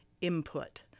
input